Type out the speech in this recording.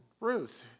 Ruth